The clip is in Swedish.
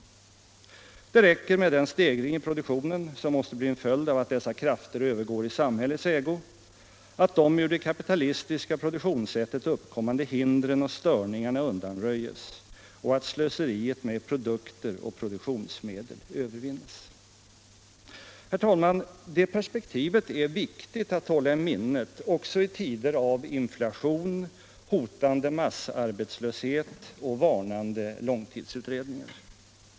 Det räcker = tjänstemän i statlig med den stegring i produktionen som måste bli en följd av att dessa och kommunal krafter övergår i samhällets ägo, att de ur det kapitalistiska produktions = förvaltning sättet uppkommande hindren och störningarna undanröjes och att slöseriet med produkter och produktionsmedel övervinnes.” Herr talman! Det perspektivet är viktigt att hålla i minnet också i tider av inflation, hotande massarbetslöshet och varnande långtidsutredningar.